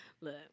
look